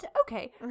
Okay